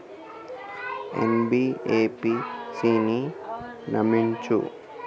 NBFC ని నమ్మచ్చా?